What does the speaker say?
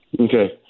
Okay